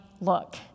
look